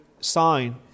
sign